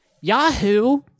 Yahoo